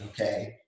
okay